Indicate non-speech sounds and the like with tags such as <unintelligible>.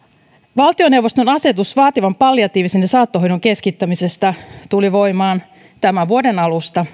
valtioneuvoston asetus vaativan palliatiivisen ja saattohoidon keskittämisestä tuli voimaan tämän vuoden alusta <unintelligible>